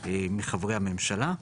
מחברי הממשלה,